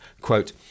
Quote